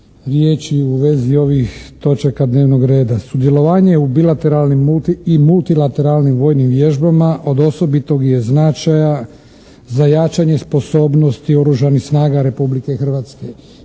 riječi u vezi ovih točaka dnevnog reda. Sudjelovanje u bilateralnim i multilateralnim vojnim vježbama od osobitog je značaja za jačanje sposobnosti Oružanih snaga Republike Hrvatske.